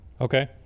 Okay